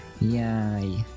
Yay